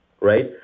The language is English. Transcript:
right